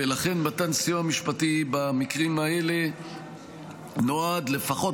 ולכן מתן סיוע משפטי במקרים האלה נועד לפחות